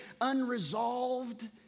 unresolved